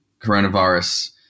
coronavirus